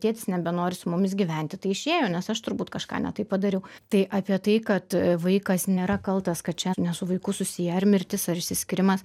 tėtis nebenori su mumis gyventi tai išėjo nes aš turbūt kažką ne taip padariau tai apie tai kad vaikas nėra kaltas kad čia ne su vaiku susiję ar mirtis ar išsiskyrimas